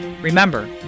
Remember